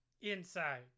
Inside